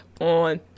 on